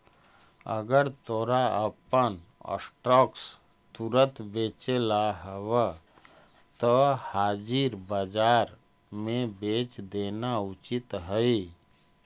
अगर तोरा अपन स्टॉक्स तुरंत बेचेला हवऽ त हाजिर बाजार में बेच देना उचित हइ